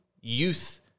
youth